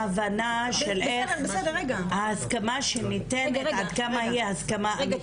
מההבנה של איך ההסכמה ניתנת ועד כמה היא הסכמה אמיתית.